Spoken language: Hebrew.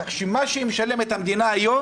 כך שמה שהמדינה משלמת היום